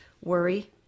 worry